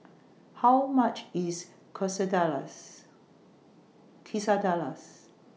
How much IS Quesadillas